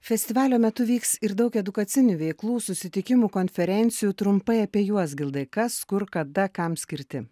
festivalio metu vyks ir daug edukacinių veiklų susitikimų konferencijų trumpai apie juos gildai kas kur kada kam skirti